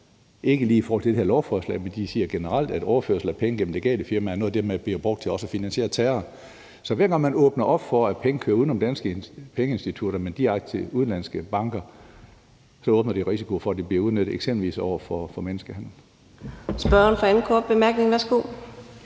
ikke lige i forhold til det her lovforslag – generelt er noget, der bliver brugt til også at finansiere terror. Så hver gang man åbner op for, at penge kører uden om danske pengeinstitutter og direkte til udenlandske banker, så åbnes der for en risiko for, at det bliver udnyttet, eksempelvis i forhold til menneskehandel.